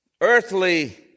earthly